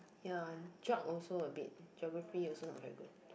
ya geog~ also a bit geography also not very good